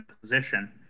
position